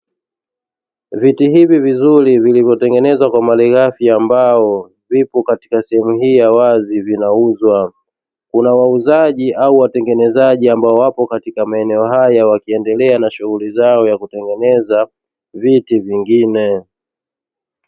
Viti hivi vizuri vilivyotengenezwa kwa malighafi ya mbao viko katika sehemu hii nzuri ya wazi inauzwa kuna wauzaji au watengenezaji ambao wapo katika maeneo haya wakiendelea na shughuli yao ya kutengeneza viti vingine.